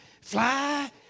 fly